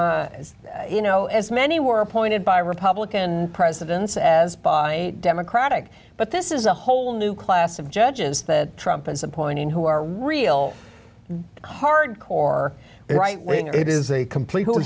is you know as many were appointed by republican presidents as by democratic but this is a whole new class of judges that trump and some point in who are real hard core right winger it is a complete who